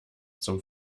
zum